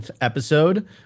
episode